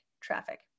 traffic